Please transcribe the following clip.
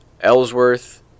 ellsworth